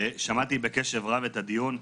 שמעתי בקשב רב את הדיון.